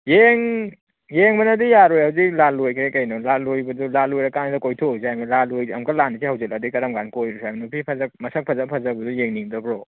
ꯌꯦꯡꯕꯅꯗꯤ ꯌꯥꯔꯣꯏ ꯍꯧꯖꯤꯛ ꯂꯥꯜ ꯂꯣꯏꯈꯔꯦ ꯀꯩꯅꯣ ꯂꯥꯜ ꯂꯣꯏꯕꯗꯨ ꯂꯥꯜ ꯂꯣꯏꯔ ꯀꯥꯟꯗ ꯀꯣꯏꯊꯣꯎ ꯍꯥꯏꯃꯤ ꯂꯥꯜ ꯑꯃꯨꯛꯀ ꯂꯥꯟ ꯑꯁꯤ ꯍꯧꯖꯤꯜꯂꯑꯗꯤ ꯀꯔꯝ ꯀꯥꯟꯗ ꯀꯣꯏꯔꯨꯁꯤ ꯍꯥꯏꯅꯣ ꯅꯨꯄꯤ ꯃꯁꯛ ꯐꯖ ꯐꯖꯕꯗꯨ ꯌꯦꯡꯅꯤꯡꯗꯕ꯭ꯔꯣ